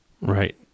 Right